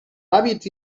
hàbits